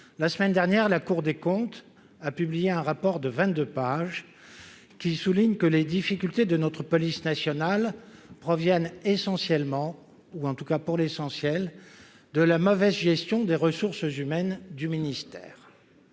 la semaine dernière, la Cour des comptes a publié un rapport de vingt-deux pages qui souligne que les difficultés de notre police nationale proviennent pour l'essentiel de la mauvaise gestion des ressources humaines du ministère.